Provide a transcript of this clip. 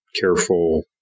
careful